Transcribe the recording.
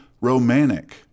romantic